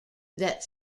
that